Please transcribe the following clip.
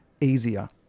easier